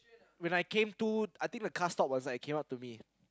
when I came to I think the car stop was like came up to me